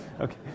Okay